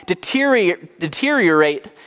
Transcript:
deteriorate